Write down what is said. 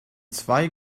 zwei